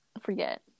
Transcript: forget